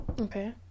Okay